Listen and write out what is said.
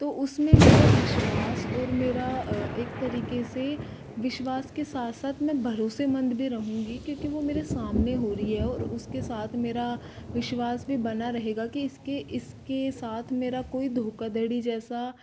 तो उसमें मेरा विश्वास और मेरा एक तरीके से विश्वास के साथ साथ मैं भरोसेमंद भी रहूँगी क्योंकि वों मेरे सामने हो रही है और उसके साथ मेरा विश्वास भी बना रहेगा कि इस्की इसके साथ मेरा कोई धोखा धड़ी जैसा